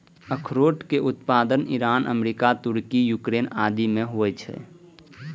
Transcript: अखरोट के उत्पादन ईरान, अमेरिका, तुर्की, यूक्रेन आदि मे होइ छै